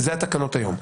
אלה התקנות היום.